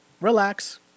relax